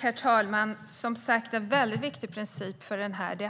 Herr talman! En mycket viktig princip